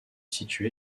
situé